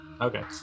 Okay